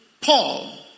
Paul